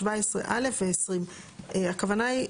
(17א) ו-(20)"; הכוונה היא,